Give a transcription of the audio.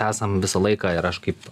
esam visą laiką ir aš kaip